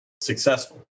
successful